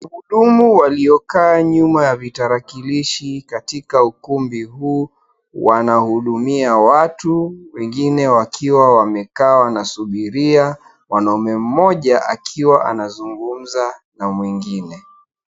Wahudumu waliokaa nyuma ya vitarakilishi katika ukumbi huu wanahudumia watu wengine wakiwa wamekaa wanasubiria. Mwaname mmoja akiwa anazungumza na mwingine.